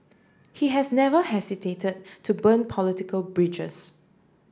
he has never hesitate to burn political bridges